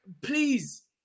please